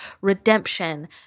redemption